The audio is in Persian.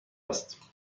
است